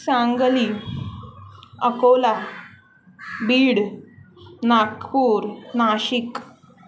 Sangli Akola Beed Nagpur Nashik